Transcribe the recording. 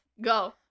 go